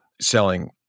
selling